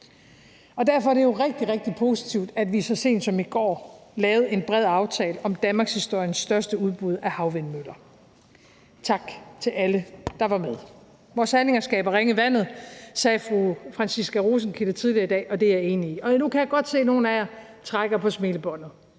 Derfor er det jo rigtig, rigtig positivt, at vi så sent som i går lavede en bred aftale om danmarkshistoriens største udbud af havvindmøller. Tak til alle, der var med. Vores handlinger skaber ringe i vandet, sagde fru Franciska Rosenkilde tidligere i dag, og det er jeg enig i. Og nu kan jeg godt se, at nogle af jer trækker på smilebåndet: